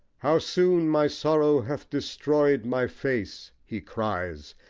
how soon my sorrow hath destroyed my face! he cries,